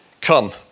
Come